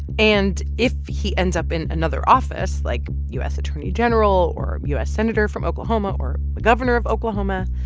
and if he ends up in another office like u s. attorney general or u s. senator from oklahoma or the governor of oklahoma,